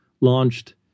launched